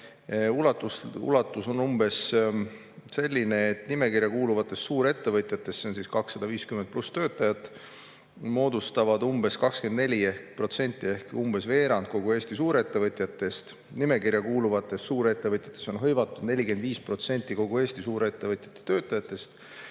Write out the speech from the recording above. on umbes selline, et nimekirja kuuluvad suurettevõtjad, kus on 250+ töötajat. Need moodustavad 24% ehk umbes veerandi kogu Eesti suurettevõtjatest. Nimekirja kuuluvates suurettevõtjates on hõivatud 45% kogu Eesti suurettevõtjate töötajatest.